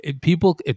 People